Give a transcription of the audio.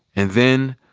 and then,